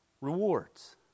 rewards